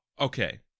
Okay